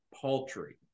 paltry